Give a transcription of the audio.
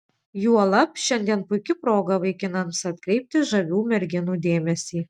juolab šiandien puiki proga vaikinams atkreipti žavių merginų dėmesį